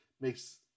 Makes